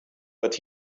but